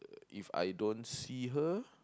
If I don't see her